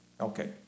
Okay